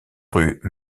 rues